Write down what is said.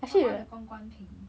all all the 关官品